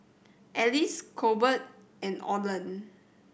Ellis Colbert and Oland